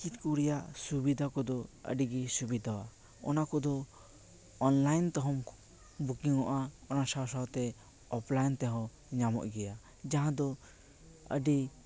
ticket ᱠᱚ ᱨᱮᱭᱟᱜ ᱥᱩᱵᱤᱫᱷᱟ ᱠᱚᱫᱚ ᱟᱹᱰᱤᱜᱮ ᱥᱩᱵᱤᱫᱷᱟᱼᱟ ᱚᱱᱟ ᱠᱚᱫᱚ ᱚᱱᱞᱟᱭᱤᱱ ᱛᱮᱦᱚᱢ ᱵᱩᱠᱤᱝᱚᱜᱼᱟ ᱚᱱᱟ ᱥᱟᱶ ᱥᱟᱶᱛᱮ ᱚᱯᱷᱞᱟᱭᱤᱱ ᱛᱮᱦᱚᱸ ᱧᱟᱢᱚᱜ ᱜᱮᱭᱟ ᱡᱟᱦᱟᱸᱫᱚ ᱟᱹᱰᱤ